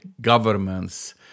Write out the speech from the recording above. governments